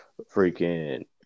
Freaking